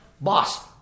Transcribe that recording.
boss